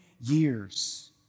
years